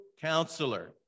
Counselor